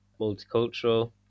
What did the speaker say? multicultural